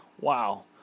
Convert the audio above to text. Wow